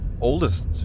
oldest